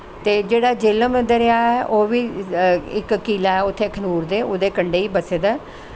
ते जेह्ड़ा झेलम दरिया ऐ ओह् बी इक कि'ला ऐ उत्थें अखनूर ते ओह्दे कंढे गै बस्से दा ऐ